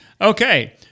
Okay